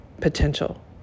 potential